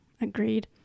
agreed